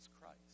Christ